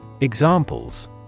Examples